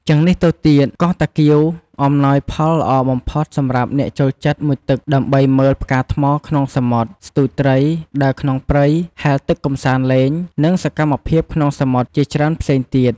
ជាងនេះទៅទៀត កោះតាគៀវអំណោយផលល្អបំផុត សម្រាប់អ្នកចូលចិត្តមុជទឹកដើម្បីមើលផ្កាថ្មក្នុងសមុទ្រ ស្ទួចត្រី ដើរក្នុងព្រៃ ហែលទឹកកម្សាន្តលេង និងសកម្មភាពក្នុងសមុទ្រជាច្រើនផ្សេងទៀត។